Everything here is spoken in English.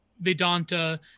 Vedanta